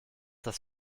das